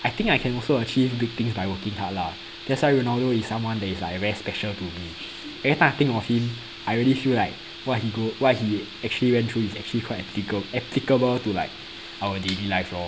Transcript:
I think I can also achieve big things by working hard lah that's why ronaldo is someone that is like very special to me everytime I think of him I really feel like what he go what he actually went through is actually quite applica~ applicable to like our daily life lor